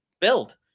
build